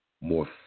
more